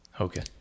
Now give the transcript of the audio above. Okay